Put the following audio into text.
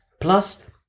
plus